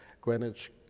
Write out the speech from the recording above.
Greenwich